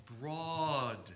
broad